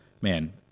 man